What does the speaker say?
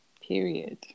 period